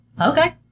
Okay